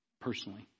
personally